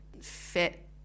fit